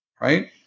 right